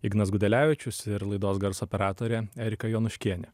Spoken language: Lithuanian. ignas gudelevičius ir laidos garso operatorė erika jonuškienė